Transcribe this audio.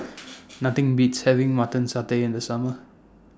Nothing Beats having Mutton Satay in The Summer